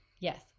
Yes